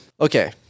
Okay